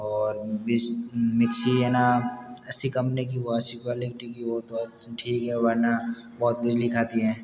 और मिक्सी है ना अच्छी कंपनी कि हो अच्छी क्वालिटी की हो तो ठीक है वरना बहुत बिजली खाती है